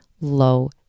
low